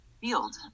field